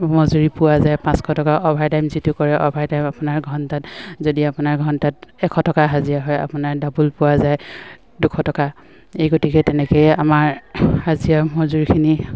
মজুৰি পোৱা যায় পাঁচশ টকা অভাৰ টাইম যিটো কৰে অভাৰ টাইম আপোনাৰ ঘণ্টাত যদি আপোনাৰ ঘণ্টাত এশ টকা হাজিৰা হয় আপোনাৰ ডাবোল পোৱা যায় দুশ টকা এই গতিকে তেনেকেই আমাৰ হাজিৰা মজুৰিখিনি